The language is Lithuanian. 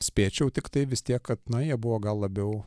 spėčiau tiktai vis tiek kad na jie buvo gal labiau